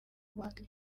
guhanga